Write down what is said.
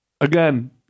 again